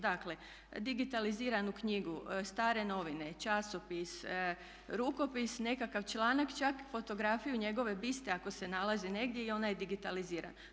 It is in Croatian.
Dakle, digitaliziranu knjigu, stare novine, časopis, rukopis, nekakav članak čak, fotografiju njegove biste ako se nalazi negdje i ona je digitalizirana.